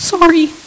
Sorry